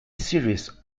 series